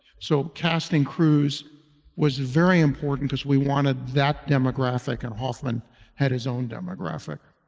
so casting cruise was very important because we wanted that demographic, and hoffman had his own demographic.